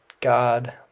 God